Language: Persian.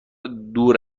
دور